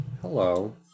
Hello